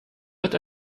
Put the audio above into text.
wird